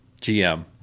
GM